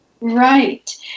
Right